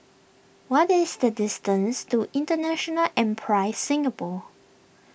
what is the distance to International Enterprise Singapore